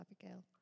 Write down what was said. Abigail